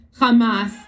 Hamas